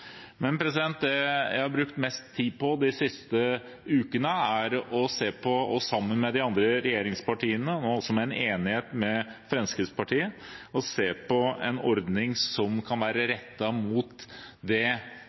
det jeg har brukt mest tid på de siste ukene, sammen med de andre regjeringspartiene og også med en enighet med Fremskrittspartiet, er å se på en ordning som kan være